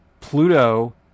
Pluto